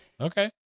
okay